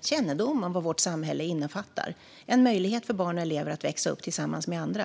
kännedom om vad vårt samhälle innefattar och att den ger en möjlighet för barn och elever att växa upp tillsammans med andra.